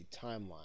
timeline